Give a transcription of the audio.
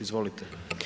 Izvolite.